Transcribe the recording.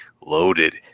loaded